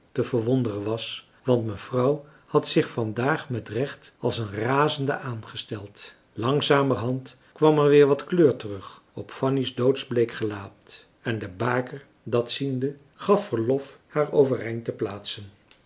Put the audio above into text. te verwonderen was want mevrouw had zich van daag met recht als een razende aangesteld marcellus emants een drietal novellen langzamerhand kwam er weer wat kleur terug op fanny's doodsbleek gelaat en de baker dat ziende gaf verlof haar overeind te plaatsen